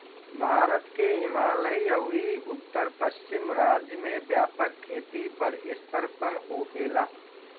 भारत के हिमालयी अउरी उत्तर पश्चिम राज्य में व्यापक खेती बड़ स्तर पर होखेला